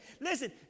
Listen